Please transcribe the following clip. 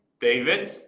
David